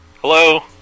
Hello